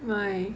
why